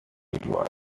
edward